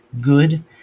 good